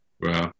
Wow